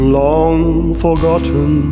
long-forgotten